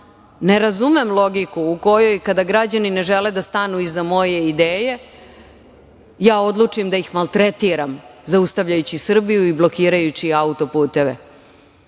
razumem logiku u kojoj, kada građani ne žele da stanu iza moje ideje, ja odlučim da ih maltretiram zaustavljajući Srbiju i blokirajući autoputeve.